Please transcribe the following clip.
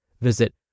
Visit